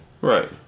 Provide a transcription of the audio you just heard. Right